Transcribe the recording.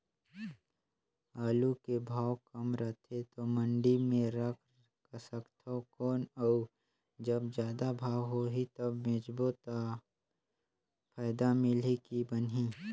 आलू के भाव कम रथे तो मंडी मे रख सकथव कौन अउ जब जादा भाव होही तब बेचबो तो फायदा मिलही की बनही?